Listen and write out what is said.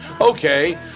okay